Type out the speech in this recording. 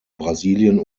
brasilien